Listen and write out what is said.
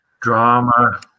drama